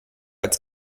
als